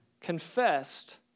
confessed